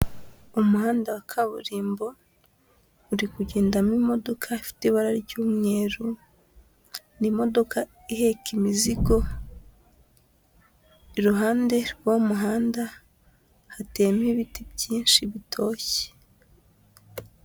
Umuhanda wa kaburimbo, uri kugendamo imodoka ifite ibara ry'umweru, ni imodoka iheka imizigo, iruhande rw'uwo muhanda hateyemo ibiti byinshi bitoshye.